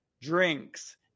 drinks